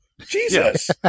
Jesus